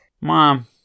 Mom